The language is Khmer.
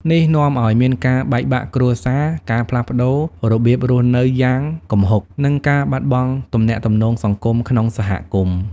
នេះនាំឱ្យមានការបែកបាក់គ្រួសារ ការផ្លាស់ប្តូររបៀបរស់នៅយ៉ាងគំហុក និងការបាត់បង់ទំនាក់ទំនងសង្គមក្នុងសហគមន៍។